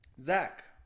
Zach